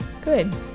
Good